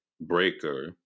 Breaker